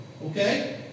Okay